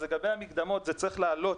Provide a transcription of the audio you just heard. לגבי המקדמות, זה צריך לעלות.